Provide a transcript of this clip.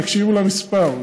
תקשיבו למספר,